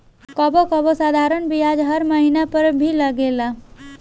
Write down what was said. कबो कबो साधारण बियाज हर महिना पअ भी लागेला